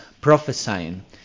prophesying